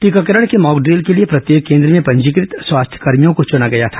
टीकाकरण के मॉकड्रिल के लिए प्रत्येक केन्द्र में पंजीकृत स्वास्थ्यकर्भियों को चुना गया था